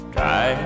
Try